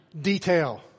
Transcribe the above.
detail